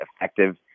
effective